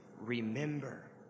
Remember